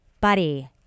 buddy